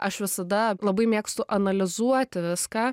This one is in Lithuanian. aš visada labai mėgstu analizuoti viską